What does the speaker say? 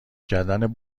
کردن